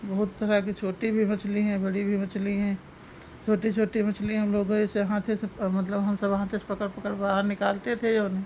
बहुत तरह की छोटी भी मछली हैं बड़ी भी मछली हैं छोटी छोटी मछली हम लोग है ऐसे हाथे से मतलब हम सब हाथे से पकड़ पकड़ बाहर निकालते थे जो है